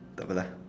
takpe lah